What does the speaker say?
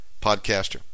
podcaster